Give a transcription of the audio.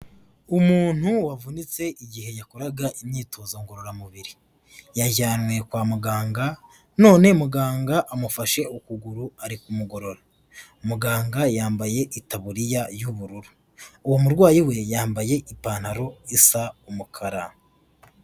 Umuntu wavunitse igihe yakoraga imyitozo ngororamubiri. Yajyanwe kwa muganga, none muganga amufashe ukuguru ari kumugorora. Muganga yambaye itaburiya y'ubururu. Uwo murwayi we yambaye ipantaro isa umukara.